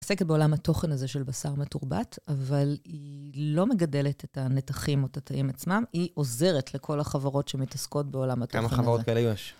היא עוסקת בעולם התוכן הזה של בשר מתורבת, אבל היא לא מגדלת את הנתחים או את התאים עצמם, היא עוזרת לכל החברות שמתעסקות בעולם התוכן הזה. כמה חברות כאלה יש.